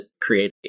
create